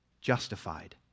Justified